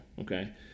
okay